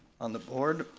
on the board.